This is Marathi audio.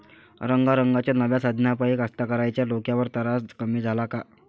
रंगारंगाच्या नव्या साधनाइपाई कास्तकाराइच्या डोक्यावरचा तरास कमी झाला का?